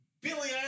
billy